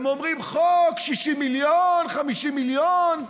הם אומרים: חוק, 60 מיליון, 50 מיליון,